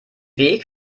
weg